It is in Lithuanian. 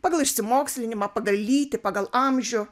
pagal išsimokslinimą pagal lytį pagal amžių